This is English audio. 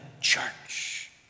church